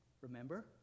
Remember